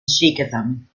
sikhism